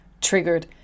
triggered